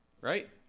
Right